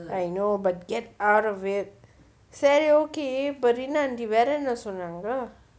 I know but get out of it சரி:ceri okay rina aunty வேற என்ன சொன்னாங்க:vera enna sonnanga